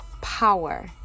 power